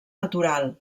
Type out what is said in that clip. natural